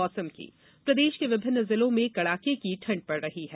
मौसम प्रदेश के विभिन्न जिलों में कड़ाके की ठंड पड़ रही है